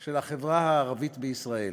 של החברה הערבית בישראל.